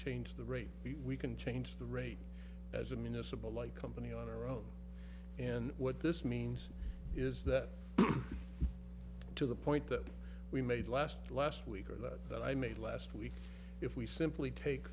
change the rate we can change the rate as a municipal like company on our own and what this means is that to the point that we made last last week that i made last week if we simply take